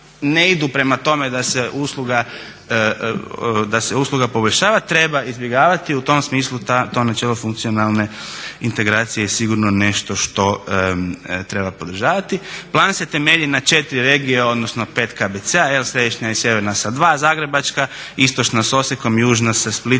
ne idu prema tome da se usluga poboljšava treba izbjegavati. U tom smislu to načelo funkcionalne integracije je sigurno nešto što treba podržavati. Plan se temelji na četiri regije, odnosno 5 KBC-a. Evo središnja i sjeverna sa dva, Zagrebačka istočno sa Osijekom, južno sa Splitom